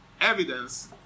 Evidence